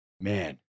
man